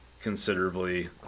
considerably